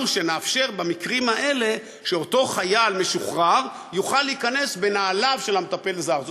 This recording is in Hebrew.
נאפשר במקרים האלה שאותו חייל משוחרר יוכל להיכנס בנעליו של המטפל הזר.